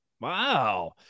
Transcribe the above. wow